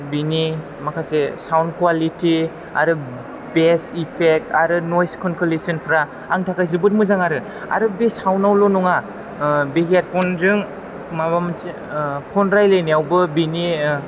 बेनि माखासे sound quality आरो बेसनि इफेक्थ आरो नइस केनचेलेसनफ्रा आंनि थाखाय जोबोत मोजां आरो आरो बे साउनदावल' नङा बे हेदफन जों माबा मोनसे फन रायज्लायनायावबो बेनि